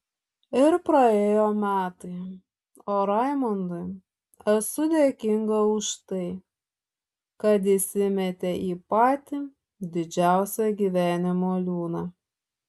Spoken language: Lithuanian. ir praėjo metai o raimundui esu dėkinga už tai kad jis įmetė į patį didžiausią gyvenimo liūną